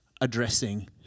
addressing